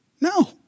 No